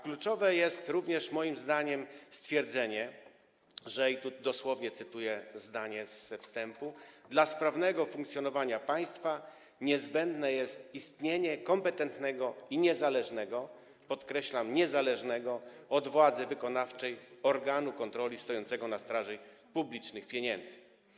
Kluczowe jest również, moim zdaniem, stwierdzenie, i tu dosłownie cytuję zdanie ze wstępu, że dla sprawnego funkcjonowania państwa niezbędne jest istnienie kompetentnego i niezależnego, podkreślam: niezależnego, od władzy wykonawczej organu kontroli stojącego na straży publicznych pieniędzy.